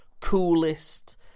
coolest